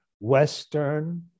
Western